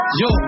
yo